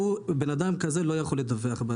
אדם כזה לא יכול לדווח בעצמו.